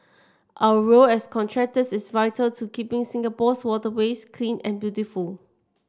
our role as contractors is vital to keeping in Singapore's waterways clean and beautiful